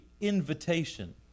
invitation